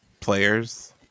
players